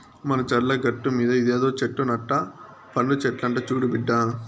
మన చర్ల గట్టుమీద ఇదేదో చెట్టు నట్ట పండు చెట్లంట చూడు బిడ్డా